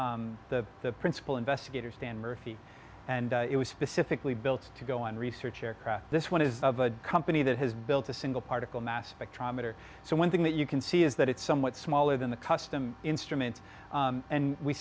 built the prince investigator stan murphy and it was specifically built to go on research aircraft this one is a company that has built a single particle mass spectrometer so one thing that you can see is that it's somewhat smaller than the custom instrument and we